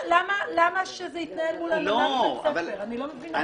למה שזה יתנהל מול הנהלת בית הספר, אני לא מבינה.